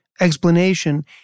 explanation